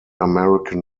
american